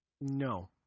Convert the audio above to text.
No